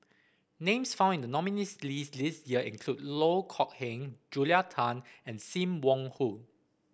names found in the nominees' list this year include Loh Kok Heng Julia Tan and Sim Wong Hoo